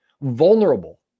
vulnerable